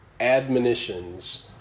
admonitions